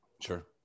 Sure